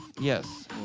Yes